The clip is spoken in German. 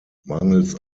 mangels